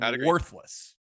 worthless